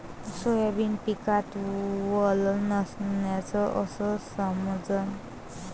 Soybean पिकात वल नसल्याचं कस समजन?